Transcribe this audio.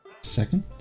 second